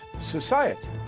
society